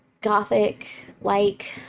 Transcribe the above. Gothic-like